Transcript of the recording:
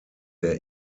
der